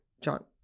John